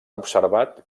observat